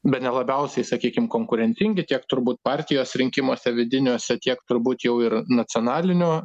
bene labiausiai sakykim konkurencingi tiek turbūt partijos rinkimuose vidiniuose tiek turbūt jau ir nacionaliniu